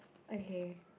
okay